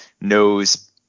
knows